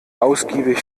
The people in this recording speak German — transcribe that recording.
ausgiebig